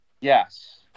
yes